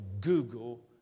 Google